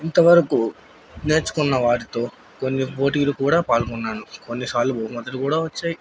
ఇంతవరకు నేర్చుకున్న వారితో కొన్ని పోటీలు కూడా పాల్గొన్నాను కొన్నిసార్లు బహుమతులు కూడా వచ్చాయి